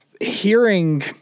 hearing